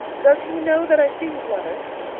does he know that i see his letters?